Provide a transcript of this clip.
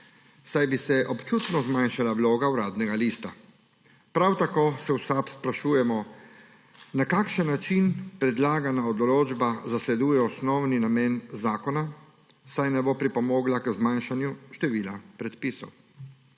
saj bi se občutno zmanjšala vloga Uradnega lista. Prav tako se v SAB sprašujemo, na kakšen način predlagana določba zasleduje osnovni namen zakona, saj ne bo pripomogla k zmanjšanju števila predpisov.